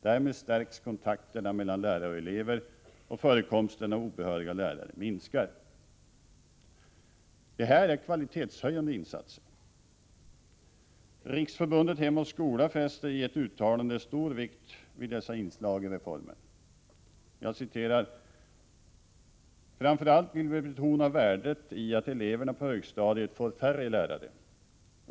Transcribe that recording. Därmed stärks kontakterna mellan lärare och elever, och förekomsten av obehöriga lärare minskar. Detta är kvalitetshöjande insatser. Riksförbundet Hem och skola fäster i ett uttalande stor vikt vid dessa inslag i reformen. ”Framför allt vill vi betona värdet i att eleverna på högstadiet får färre lärare.